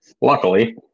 Luckily